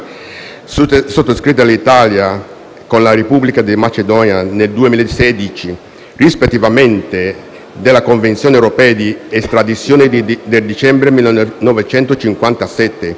sottoscritti dall'Italia con la Repubblica di Macedonia nel 2016 rispettivamente alla Convenzione europea di estradizione del dicembre 1957